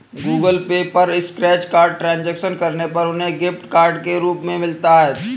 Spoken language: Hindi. गूगल पे पर स्क्रैच कार्ड ट्रांजैक्शन करने पर उन्हें गिफ्ट कार्ड के रूप में मिलता है